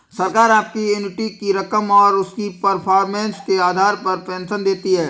सरकार आपकी एन्युटी की रकम और उसकी परफॉर्मेंस के आधार पर पेंशन देती है